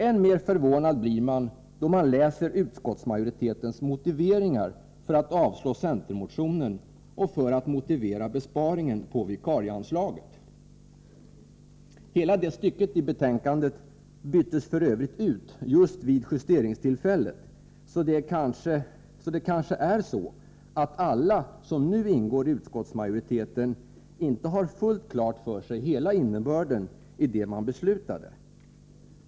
Än mer förvånad blir man då man läser utskottsmajoritetens motiveringar för besparingen på vikarieanslaget och för att avslå centermotionen. Hela det stycket i betänkandet byttes f. ö. ut just vid justeringstillfället, så det kanske förhåller sig så att inte alla som nu ingår i utskottsmajoriteten har fullt klart för sig hela innebörden i det man beslutade.